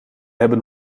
hebben